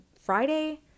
friday